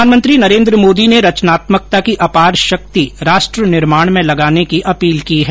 प्रधानमंत्री नरेन्द्र मोदी ने रचनात्मकता की अपार शक्ति राष्ट्र निर्माण में लगाने की अपील की है